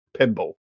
pinball